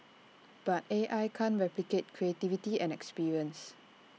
but A I can't replicate creativity and experience